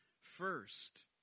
first